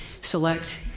select